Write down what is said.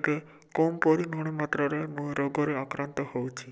ଏବେ କମ୍ ପରିମାଣ ମାତ୍ରରେ ମୁଁ ରୋଗରେ ଆକ୍ରାନ୍ତ ହେଉଛି